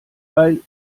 weil